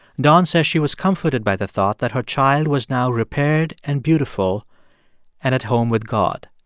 don says she was comforted by the thought that her child was now repaired and beautiful and at home with god.